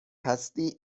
هستی